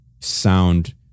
sound